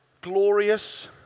glorious